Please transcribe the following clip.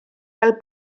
fel